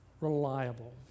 reliable